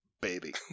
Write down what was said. baby